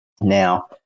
Now